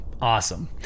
awesome